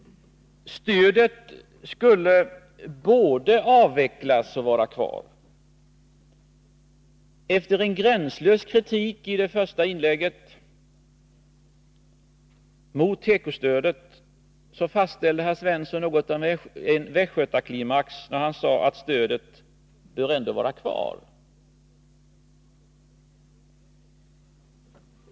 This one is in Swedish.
Stödet skulle både avvecklas och vara kvar. Efter att i det första inlägget ha framfört en gränslös kritik mot tekostödet fastställer herr Svensson något av en västgötaklimax, när han sedan säger att stödet ändå bör vara kvar.